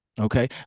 okay